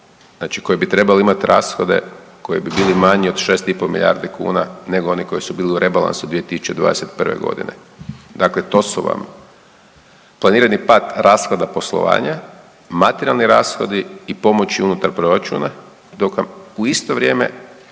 koji bi trebali imati rashode koji bi bili manji od 6,5 milijardi kuna nego oni koji su bili u rebalansu 2021. g. Dakle, to su vam, planirani pad rashoda poslovanja, materijalni rashodi i pomoći unutar proračuna, dok vam u isto vrijeme,